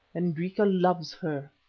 hendrika loves her.